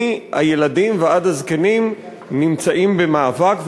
מהילדים ועד הזקנים, נמצאים במאבק ובמערכה.